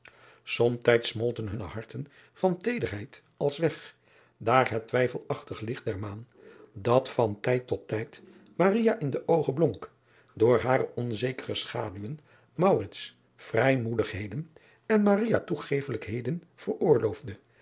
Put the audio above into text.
omtijds smolten hunne harten van teederheid als weg daar het twijfelachtig licht der maan dat van tijd tot tijd in de oogen blonk door hare onzekere schaduwen vrijmoedigheden en toegeeflijkheden veroorloofde